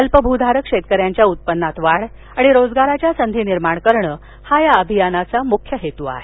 अल्प भूधारक शेतकऱ्यांच्या उत्पन्नात वाढ आणि रोजगाराच्या संधी निर्माण करणं हा या अभियानाचा प्रमुख उद्देश आहे